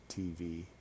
TV